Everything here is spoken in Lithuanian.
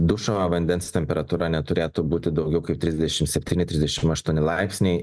dušo vandens temperatūra neturėtų būti daugiau kaip trisdešimt septyni trisdešimt aštuoni laipsniai